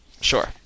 Sure